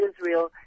Israel